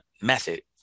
Method